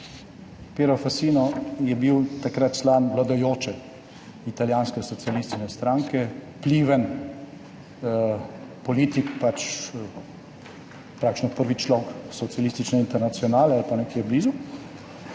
Piero Fassino je bil takrat član vladajoče italijanske socialistične stranke, vpliven politik, praktično prvi človek Socialistične internacionale ali pa nekje blizu,